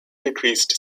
decreased